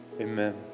Amen